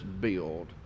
build